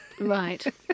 Right